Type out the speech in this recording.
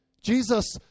Jesus